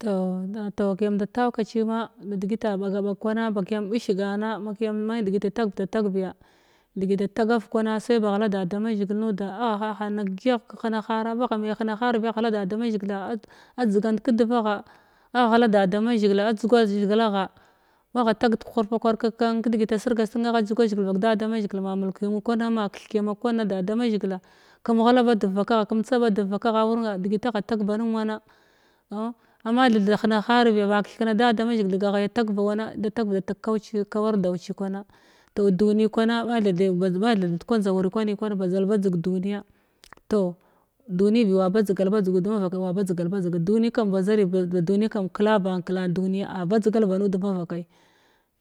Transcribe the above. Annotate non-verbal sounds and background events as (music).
Toh (unintelligible) kiyam datau kacima ba degita ɓaga bag kwana ba kiyam ɓish gana makiya ma’i degit da tagevda tag biya degit da tagav kwana sai ba ghat da da mazhigila agha hanna kəgyuyagh kəhena hara bagha me hena har bi agha ghala da da mazhigila a dzigant kədvagha agha ghala da da mazhigila ta a dzugwa zhiglagha magha ta dehulfa kwa-ka-kan ka kan kədegi asirga sirg nen agha dzugwa zhigi vak da da mazhigil ma mulkiyamu kwana ma kethma kwana da da mazhigil kəmtsaba dev vakagha warna degit agha tag nen wana ah amath tha hena hárbiya ba keth kana da da tagavda tag kauci kawar dau ci kwana toh toh duni kwana mathe-the matha ndkwa njdawur kwani kwan ba dzal badzi duniya toh dunibi wa badzgal ud marakai wa badzgal badzge duni kam kala ban kəlan duniya a badzgal ba nud mavakai